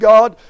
God